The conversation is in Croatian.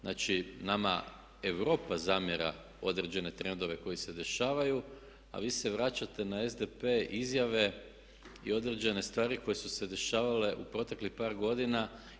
Znači nama Europa zamjera određene trendove koji se dešavaju a vi se vraćate na SDP, izjave i određene stvari koje su se dešavale u proteklih par godina.